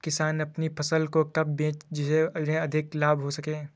किसान अपनी फसल को कब बेचे जिसे उन्हें अधिक लाभ हो सके?